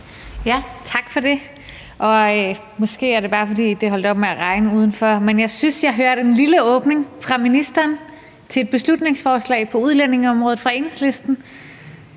Tak for det. Måske er det bare, fordi det er holdt op med at regne udenfor, men jeg synes, jeg hørte en lille åbning fra ministeren over for et beslutningsforslag på udlændingeområdet fra Enhedslisten.